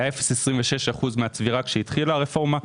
היה 0.26% מהצבירה כשהתחילה הרפורמה,